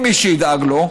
אין מי שידאג לו.